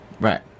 Right